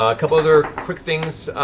um couple of other quick things.